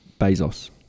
Bezos